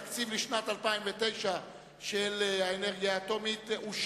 אני קובע שהתקציב לשנת 2009 של הוועדה לאנרגיה אטומית נתקבל.